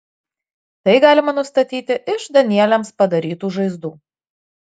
tai galima nustatyti iš danieliams padarytų žaizdų